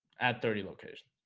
at thirty locations